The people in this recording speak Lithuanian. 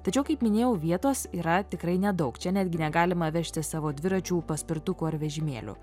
tačiau kaip minėjau vietos yra tikrai nedaug čia netgi negalima vežtis savo dviračių paspirtukų ar vežimėlių